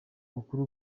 bukuru